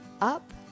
up